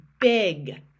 big